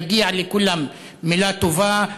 מגיעה לכולם מילה טובה.